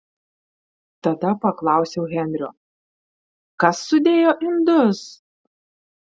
tada paklausiau henrio kas sudėjo indus